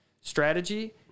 Strategy